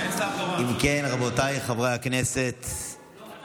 אם כן, רבותיי חברי הכנסת, להלן